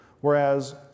Whereas